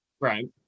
Right